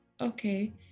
Okay